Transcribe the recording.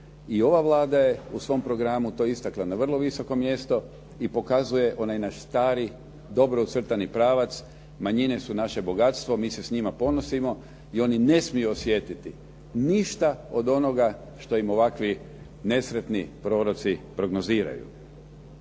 I ova Vlada je u svom programu to istakla na vrlo visoko mjesto i pokazuje onaj naš stari, dobro ucrtani pravac, manjine su naše bogatstvo, mi se s njima ponosimo i oni ne smiju osjetiti ništa od onoga što im ovakvi nesretni proroci prognoziraju.